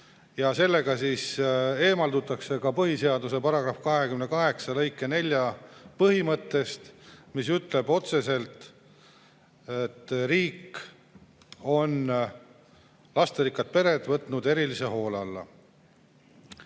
Sellega eemaldutakse ka põhiseaduse § 28 lõike 4 põhimõttest, mis ütleb otse, et riik on lasterikkad pered võtnud erilise hoole alla.